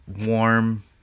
warm